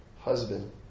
husband